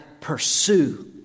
pursue